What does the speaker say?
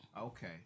Okay